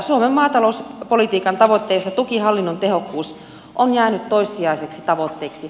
suomen maatalouspolitiikan tavoitteissa tukihallinnon tehokkuus on jäänyt toissijaiseksi tavoitteeksi